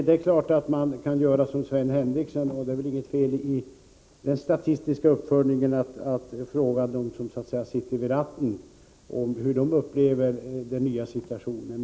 Det är klart att man kan göra som Sven Henricsson säger — det är väl inget feliden statistiska uppföljningen att man intervjuar dem som så att säga sitter vid ratten om hur de upplever den nya situationen.